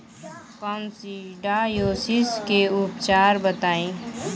Coccidiosis के उपचार बताई?